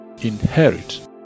inherit